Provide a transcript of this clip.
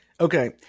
Okay